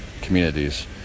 communities